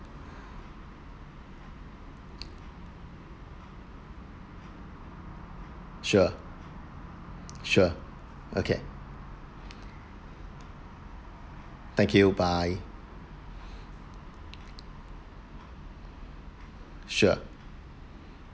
sure sure okay thank you bye sure